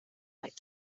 might